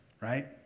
right